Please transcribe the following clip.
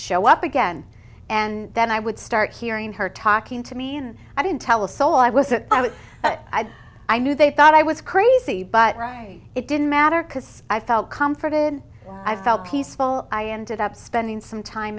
show up again and then i would start hearing her talking to me and i didn't tell a soul i was that i was i knew they thought i was crazy but it didn't matter because i felt comforted i felt peaceful i ended up spending some time